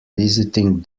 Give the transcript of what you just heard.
visiting